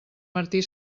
martí